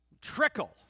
trickle